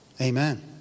Amen